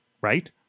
right